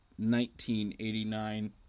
1989